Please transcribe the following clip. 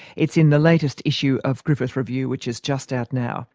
it's in the latest issue of griffith review, which is just out now